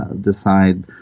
decide